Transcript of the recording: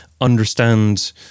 understand